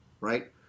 right